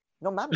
No